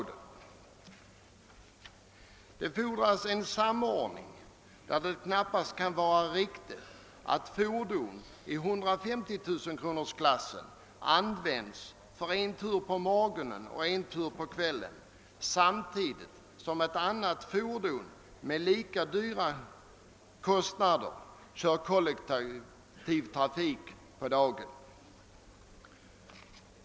Det fordras en samordning här, då det knappast kan vara riktigt, att fordon i 150 000 kronorsklassen används för en tur på morgonen och en på kvällen samtidigt som ett annat företag med lika kostbara fordon kör kollektivtrafik på dagen.